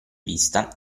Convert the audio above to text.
vista